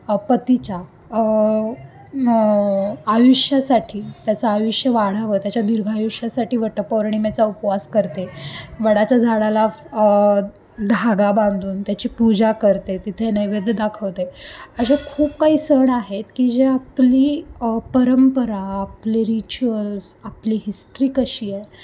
पतीच्या आयुष्यासाठी त्याचं आयुष्य वाढावं त्याच्या दीर्घायुष्यासाठी वटपौर्णिमेचा उपवास करते वडाच्या झाडाला धागा बांधून त्याची पूजा करते तिथे नैवेद्य दाखवते असे खूप काही सण आहेत की जे आपली परंपरा आपले रिच्युअल्स आपली हिस्ट्री कशी आहे